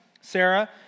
Sarah